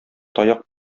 таяк